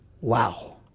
Wow